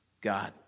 God